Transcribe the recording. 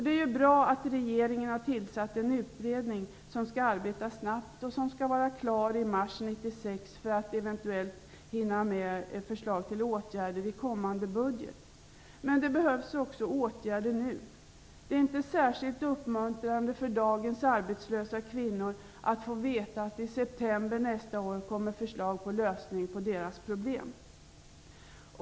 Det är ju bra att regeringen har tillsatt en utredning som skall arbeta snabbt och som skall vara klar i mars 1996, för att man eventuellt skall hinna få med åtgärder i kommande budget. Men det behövs också åtgärder nu. Det är inte särskilt uppmuntrande för dagens arbetslösa kvinnor att få veta att det i september nästa år kommer förslag på lösningar på deras problem.